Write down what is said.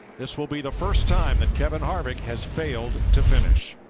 this will be the first time that kevin harvick has failed to finish.